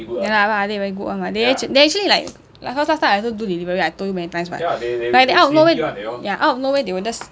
ya lah !wah! they very good [one] [what] they actually they actually like like cause last time I also do delivery I told you many times [what] like they out of nowhere ya out of nowhere they will just